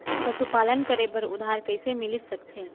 पशुपालन करे बर उधार कइसे मिलिस सकथे?